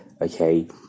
Okay